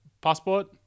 passport